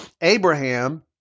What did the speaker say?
Abraham